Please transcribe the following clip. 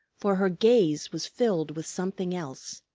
for her gaze was filled with something else.